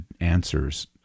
answers